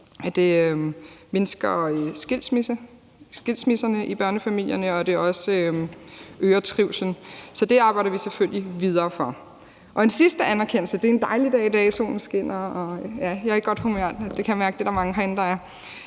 at det mindsker skilsmisserne i børnefamilierne, og at det også øger trivslen. Så det arbejder vi selvfølgelig videre for. En sidste anerkendelse – det er en dejlig dag i dag, hvor solen skinner og jeg er i godt humør, og det kan jeg mærke der er mange herinde der er